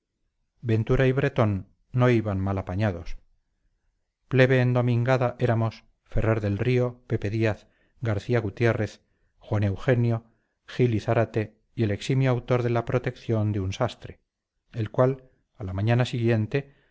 ventura y bretón no iban mal apañados plebe endomingada éramos ferrer del río pepe díaz garcía gutiérrez juan eugenio gil y zárate y el eximio autor de la protección de un sastre el cual a la mañana siguiente